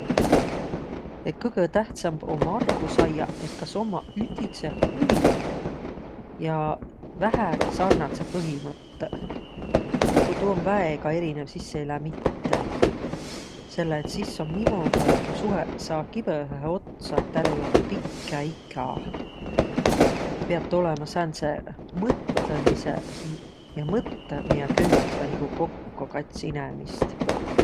Kõgõ tähtsämb om arvu saiaq, kas ommaq ütidseq huviq ja vähägi sarnadsõq põhimõttõq. Et ku tuu om väega erinev, sis ei lääq mitte. Selle et sis om niimuudu, et tuu suheq saa kibõhõhe otsa, et täl ei olõq pikkä ika. Et piät olõma sääntseq mõtlõmisõq ja mõttõq, miä köütväq nigu kokko kats inemist.